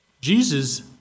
Jesus